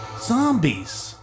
Zombies